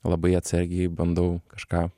labai atsargiai bandau kažką